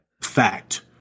fact